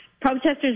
protesters